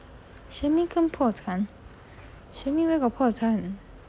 shermaine 更破产 shermaine where got 破产